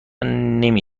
نمی